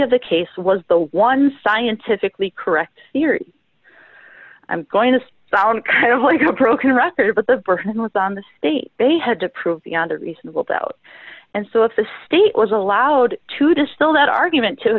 of the case was the one scientifically correct theory i'm going to sound kind of like a broken record but the burden was on the state they had to prove beyond a reasonable doubt and so if the state was allowed to distill that argument to